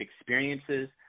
experiences